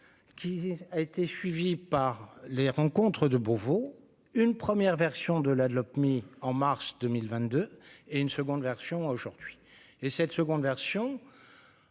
qui a été suivi par les rencontres de Beauvau une première version de la de Lopmi en mars 2022, et une seconde version aujourd'hui et cette seconde version